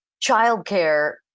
Childcare